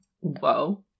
Whoa